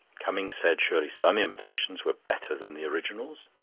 cummings said surely some imitations were better than the originals.